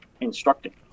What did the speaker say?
instructing